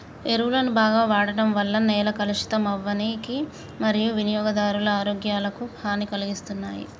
ఎరువులను బాగ వాడడం వల్ల నేల కలుషితం అవ్వనీకి మరియూ వినియోగదారుల ఆరోగ్యాలకు హనీ కలిగిస్తున్నాయి